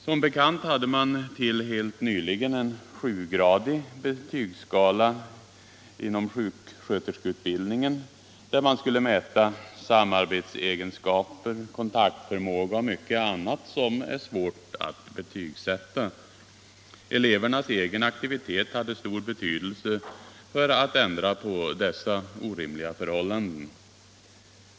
Som bekant hade man till helt nyligen en sjugradig betygsskala inom sjuksköterskeutbildningen, där man skulle mäta samarbetsegenskaper, kontaktförmåga och mycket annat som är svårt att betygsätta. Elevernas egen aktivitet hade stor betydelse för att ändra på dessa orimliga förhållanden.